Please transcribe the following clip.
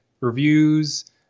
reviews